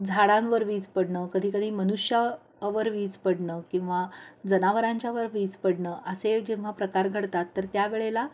झाडांवर वीज पडणं कधी कधी मनुष्यावर वीज पडणं किंवा जनावरांच्या वर वीज पडणं असे जेव्हा प्रकार घडतात तर त्यावेळेला